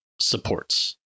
supports